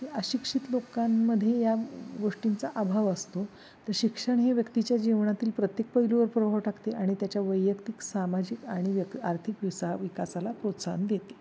अशिक्षित लोकांमध्ये या गोष्टींचा अभाव असतो तर शिक्षण हे व्यक्तीच्या जीवनातील प्रत्येक पैलूवर प्रभाव टाकते आणि त्याच्या वैयक्तिक सामाजिक आणि व्यक् आर्थिक विसा विकासाला प्रोत्साहन देते